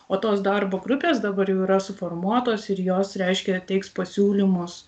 o tos darbo grupės dabar jau yra suformuotos ir jos reiškia teiks pasiūlymus